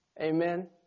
Amen